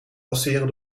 passeren